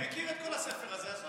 אני מכיר את כל הספר הזה.